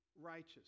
Righteous